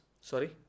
Sorry